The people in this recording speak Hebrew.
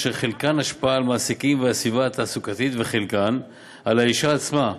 אשר לחלקן השפעה על מעסיקים והסביבה התעסוקתית ולחלקן על האישה עצמה.